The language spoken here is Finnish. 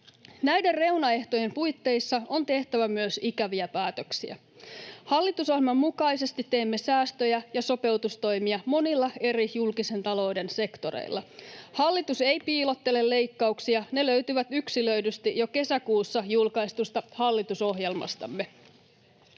Näiden reunaehtojen puitteissa on tehtävä myös ikäviä päätöksiä. Hallitusohjelman mukaisesti teemme säästöjä ja sopeutustoimia monilla eri julkisen talouden sektoreilla. Hallitus ei piilottele leikkauksia, ne löytyvät yksilöidysti jo kesäkuussa julkaistusta hallitusohjelmastamme.